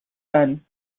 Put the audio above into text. son